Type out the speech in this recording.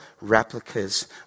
replicas